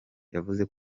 yavuze